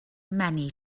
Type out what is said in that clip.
many